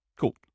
Cool